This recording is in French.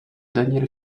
daniel